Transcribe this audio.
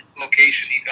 location